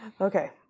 okay